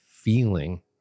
feeling